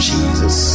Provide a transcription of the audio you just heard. Jesus